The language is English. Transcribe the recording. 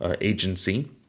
agency